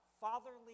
fatherly